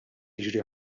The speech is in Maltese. jiġri